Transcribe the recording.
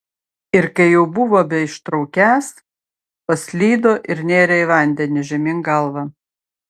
ir kai jau buvo beištraukiąs paslydo ir nėrė į vandenį žemyn galva